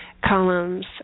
columns